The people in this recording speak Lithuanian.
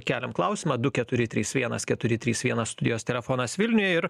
keliam klausimą du keturi trys vienas keturi trys vienas studijos telefonas vilniuje ir